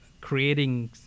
creating